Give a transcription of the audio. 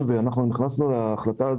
קידום החינוך וההשכלה,